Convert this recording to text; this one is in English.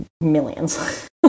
millions